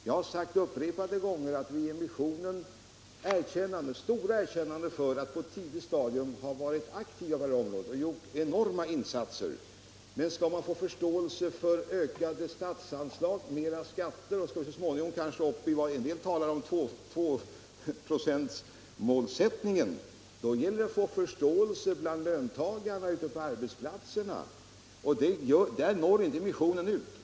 Jag har sagt upprepade gånger att vi ger missionen stort erkännande för att på ett tidigt stadium ha varit aktiv på detta område och gjort enorma insatser. Men gäller det ökade statsanslag och mera skatter, och skall vi så småningom nå upp till målsättningen 2 96, som en del talar om, då måste man få förståelse bland löntagarna ute på arbetsplatserna. Dit når inte företrädarna för missionen.